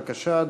בבקשה,